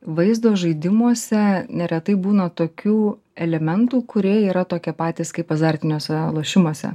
vaizdo žaidimuose neretai būna tokių elementų kurie yra tokie patys kaip azartiniuose lošimuose